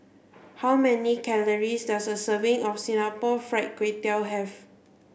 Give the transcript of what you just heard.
how many calories does a serving of Singapore fried Kway Tiao have